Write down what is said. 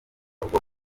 ubwo